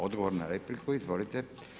Odgovor na repliku, izvolite.